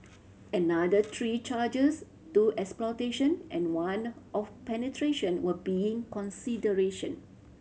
another three charges two exploitation and one of penetration were being consideration